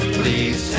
please